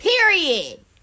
Period